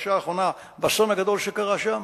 בפרשה האחרונה, באסון הגדול שקרה שם.